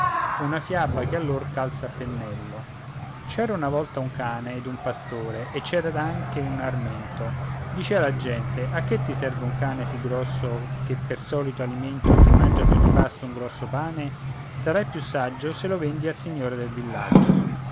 una fiaba che a lor calza a pennello c'era una volta un cane ed un pastore e c'era anche un armento dicea la gente a che ti serve un cane sì grosso che per solito alimento ti mangia ad ogni pasto un grosso pane sarai più saggio se lo vendi al signore del villaggio